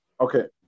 Okay